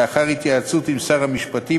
לאחר התייעצות עם שר המשפטים,